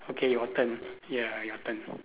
okay your turn ya your turn